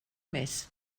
mes